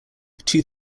two